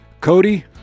cody